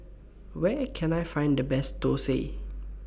Where Can I Find The Best Thosai